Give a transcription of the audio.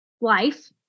life